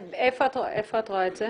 איפה את רואה את זה?